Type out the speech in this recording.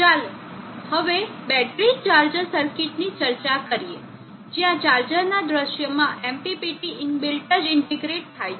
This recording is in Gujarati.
ચાલો હવે બેટરી ચાર્જર સર્કિટની ચર્ચા કરીએ જ્યાં ચાર્જરના દૃશ્યમાં MPPT ઇનબિલ્ટ જ ઈન્ટીગ્રૅટ થાય છે